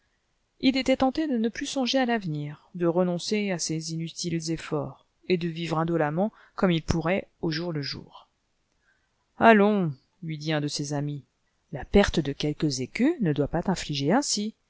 il était tenté de ne plus songer à l'avenir de renoncer à ses inutiles efforts et de vivre indolemment comme il pourrait au jour le jour allons lui dit un de ses amis la perte de quelques écus ne doit pas t'affliger ainsi